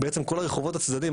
בעצם כל הרחובות הצדדיים,